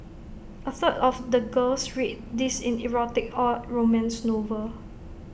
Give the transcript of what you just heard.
A third of the girls read these in erotic or romance novels